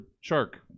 shark